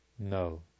No